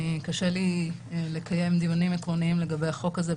קשה לי לקיים דיונים עקרוניים לגבי החוק הזה,